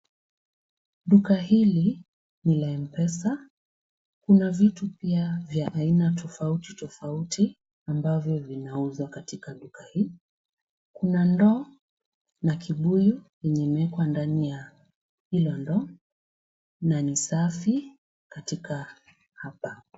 Duka hili ni la M-pesa. Kuna vitu pia vya aina tofauti tofauti ambavyo vinauzwa katika duka hili. Kuna ndoo na kibuyu chenye kimewekwa ndani ya hilo ndoo na ni safi katika hapa.